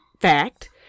fact